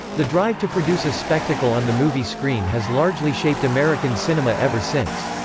the drive to produce a spectacle on the movie screen has largely shaped american cinema ever since.